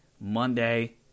Monday